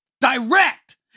direct